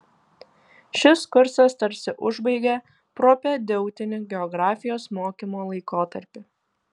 šis kursas tarsi užbaigia propedeutinį geografijos mokymo laikotarpį